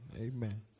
Amen